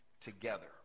together